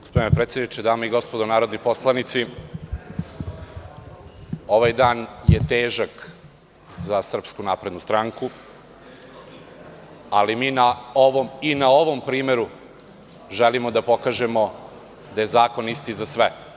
Gospodine predsedniče, dame i gospodo narodni poslanici, ovaj dan je težak za SNS, ali mi i na ovom primeru želimo da pokažemo da je zakon isti za sve.